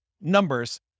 numbers